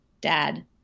Dad